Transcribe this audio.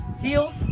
Heels